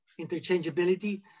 interchangeability